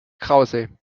krause